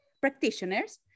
practitioners